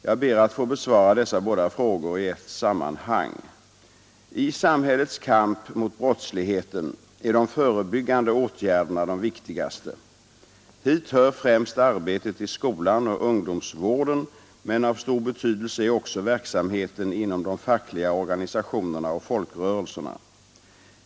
Jag ber att få besvara dessa frågor i ett sammanhang. I samhällets kamp mot brottsligheten är de förebyggande åtgärderna de viktigaste. Hit hör främst arbetet i skolan och ungdomsvården, men av stor betydelse är också verksamheten inom de fackliga organisationerna och folkrörelserna.